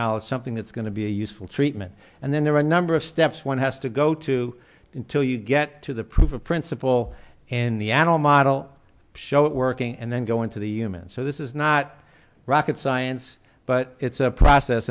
knowledge something that's going to be useful treatment and then there are a number of steps one has to go to until you get to the proof of principle and the animal model show it working and then go into the human so this is not rocket science but it's a process